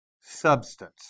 substance